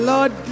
Lord